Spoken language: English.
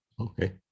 Okay